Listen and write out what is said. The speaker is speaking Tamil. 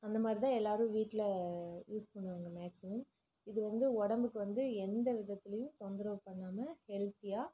அந்த மாதிரிதான் எல்லோரும் வீட்டில் யூஸ் பண்ணுவாங்க மேக்ஸிமம் இது வந்து உடம்புக்கு வந்து எந்த விதத்துலேயும் தொந்தரவு பண்ணாமல் ஹெல்தியாக